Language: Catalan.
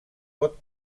pot